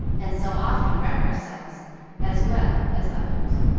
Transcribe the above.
and so often wreck ourselves as well as others.